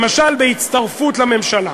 למשל בהצטרפות לממשלה.